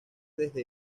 desde